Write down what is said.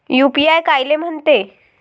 UPI कायले म्हनते?